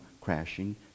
crashing